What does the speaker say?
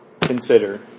consider